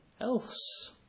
else